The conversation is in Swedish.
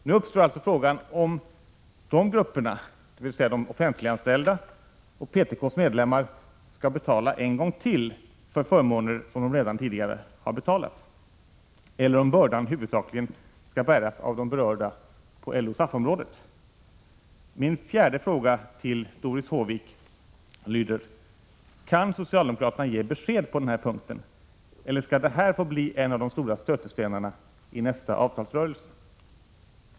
Nu uppstår alltså frågan om de grupperna — dvs. de offentliganställda och PTK:s medlemmar — skall betala en gång till för förmåner som de redan tidigare har betalat eller om bördan huvudsakligen skall bäras av de berörda på LO —- SAF-området. Min fjärde fråga till Doris Håvik lyder: Kan socialdemokraterna ge besked på den här punkten, eller skall det här få bli en de stora stötestenarna i nästa avtalsrörelse?